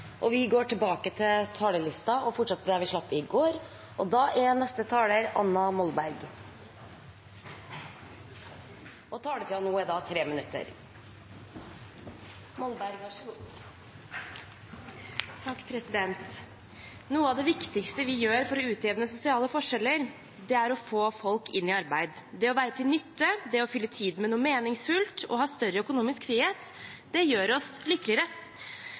er vi rett og slett uenige. Jeg mener vi skal være opptatt av å begrense avmakt der det finnes. Replikkordskiftet er omme. Noe av det viktigste vi gjør for å utjevne sosiale forskjeller, er å få folk inn i arbeid. Det å være til nytte, fylle tiden med noe meningsfylt og ha større økonomisk frihet, det gjør oss lykkeligere.